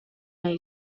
nahi